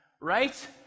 right